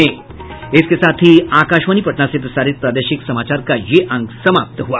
इसके साथ ही आकाशवाणी पटना से प्रसारित प्रादेशिक समाचार का ये अंक समाप्त हुआ